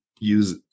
use